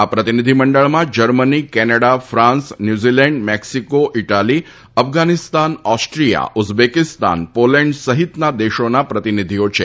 આ પ્રતિનિધિમંડળમાં Germany Canada France New Zealand Mexico Italy Afghanistan Austria Uzbekistan Poland સહીતના દેશોના પ્રતિનિધિઓ છે